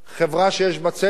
חברה שיש בה צדק?